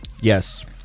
Yes